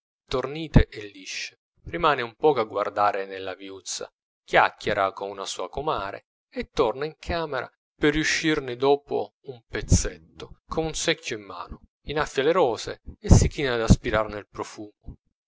tornite e lisce rimane un poco a guardare nella viuzza chiacchiera con una sua comare e torna in camera per riuscirne dopo un pezzetto con un secchio in mano inaffia le rose e si china ad aspirarne il profumo